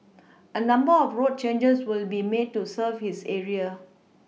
a number of road changes will be made to serve this area